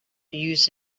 used